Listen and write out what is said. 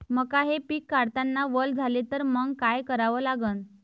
मका हे पिक काढतांना वल झाले तर मंग काय करावं लागन?